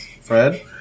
Fred